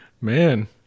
Man